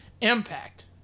Impact